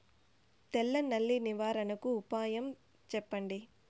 తెల్ల నల్లి నివారణకు ఉపాయం చెప్పండి?